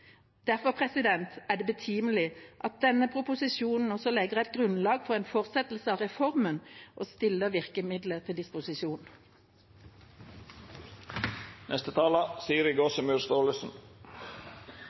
Derfor er det betimelig at denne proposisjonen også legger et grunnlag for en fortsettelse av reformen og stiller virkemidler til disposisjon.